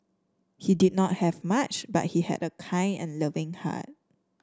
he did not have much but he had a kind and loving heart